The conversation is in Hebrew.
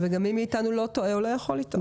וגם מי מאיתנו לא טועה או לא יכול לטעות?